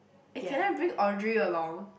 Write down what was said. eh can I bring Audrey along